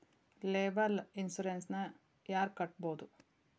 Liable insurance ನ ಯಾರ್ ಕಟ್ಬೊದು?